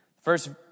First